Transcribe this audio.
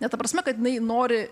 ne ta prasme kad jinai nori